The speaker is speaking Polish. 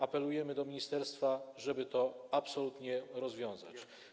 Apelujemy do ministerstwa, żeby to absolutnie rozwiązać.